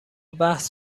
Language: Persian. بحث